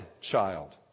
child